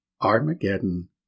Armageddon